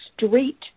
street